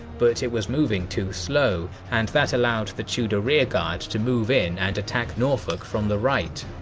but it was moving too slow and that allowed the tudor rearguard to move in and attack norfolk from the right.